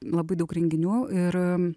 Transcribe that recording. labai daug renginių ir